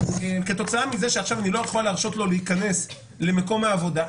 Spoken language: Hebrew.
כתוצאה מזה שעכשיו אני לא יכול להרשות להיכנס למקום העבודה,